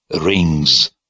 rings